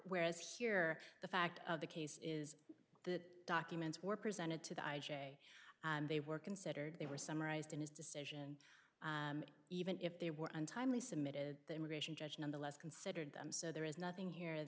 whereas here the fact of the case is that documents were presented to the i j a and they were considered they were summarized in his decision even if they were untimely submitted the immigration judge nonetheless considered them so there is nothing here